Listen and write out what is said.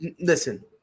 Listen –